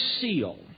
seal